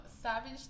Savage